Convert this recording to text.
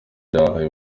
ibyaha